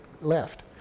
left